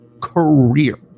career